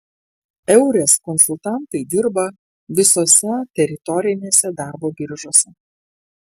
eures konsultantai dirba visose teritorinėse darbo biržose